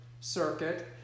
circuit